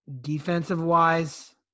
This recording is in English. Defensive-wise